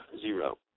zero